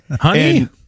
Honey